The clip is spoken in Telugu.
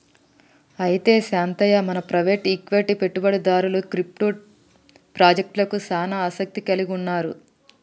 అయితే శాంతయ్య మన ప్రైవేట్ ఈక్విటి పెట్టుబడిదారులు క్రిప్టో పాజెక్టలకు సానా ఆసత్తి కలిగి ఉన్నారు